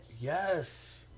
Yes